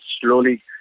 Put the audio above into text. slowly